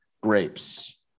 grapes